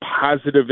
positive